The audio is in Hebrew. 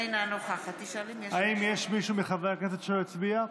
אינה נוכחת האם יש מישהו מחברי הכנסת שלא הצביע?